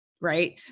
right